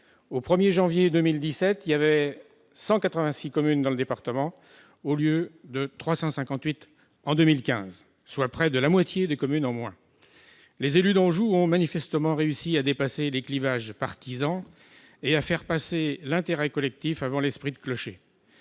Au 1 janvier 2017, il y avait 186 communes contre 358 en 2015, soit près de la moitié de communes en moins ! Les élus d'Anjou ont manifestement réussi à dépasser les clivages partisans et à faire passer l'intérêt collectif avant l'esprit de clocher.